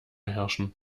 herrschen